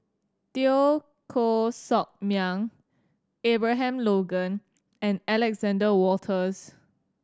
Teo Koh Sock Miang Abraham Logan and Alexander Wolters